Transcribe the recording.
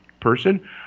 person